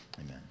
Amen